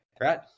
Right